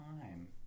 time